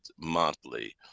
monthly